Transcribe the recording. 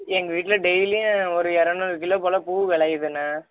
எங்கள் வீட்டில் டெய்லியும் ஒரு இரநூறு கிலோ போல் பூ விளையிதுண்ண